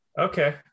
okay